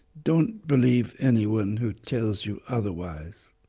don't believe anyone who tells you otherwise.